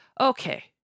okay